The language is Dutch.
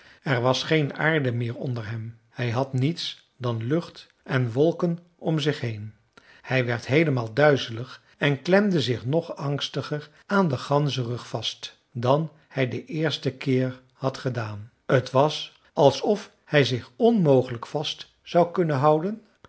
er was geen aarde meer onder hem hij had niets dan lucht en wolken om zich heen hij werd heelemaal duizelig en klemde zich nog angstiger aan den ganzenrug vast dan hij den eersten keer had gedaan t was alsof hij zich onmogelijk vast zou kunnen houden